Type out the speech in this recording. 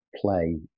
play